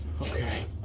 Okay